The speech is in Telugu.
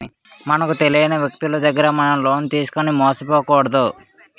మనకు తెలియని వ్యక్తులు దగ్గర మనం లోన్ తీసుకుని మోసపోకూడదు